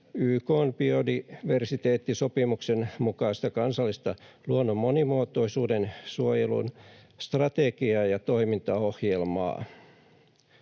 YK:n biodiversiteettisopimuksen mukaista kansallista luonnon monimuotoisuuden suojelun strategiaa ja toimintaohjelmaa.